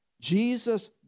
Jesus